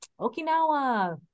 Okinawa